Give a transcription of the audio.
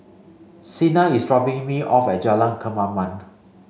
Cena is dropping me off at Jalan Kemaman